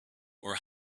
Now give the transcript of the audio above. were